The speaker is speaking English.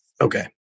Okay